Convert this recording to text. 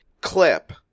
clip